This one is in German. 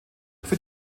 für